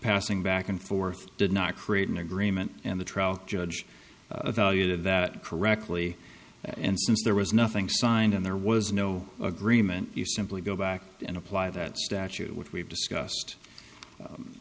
passing back and forth did not create an agreement and the trial judge a value added that correctly and since there was nothing signed and there was no agreement you simply go back and apply that statute which we've discussed